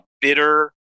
bitter